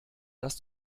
dass